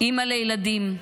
אימא לילדים.